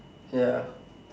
ya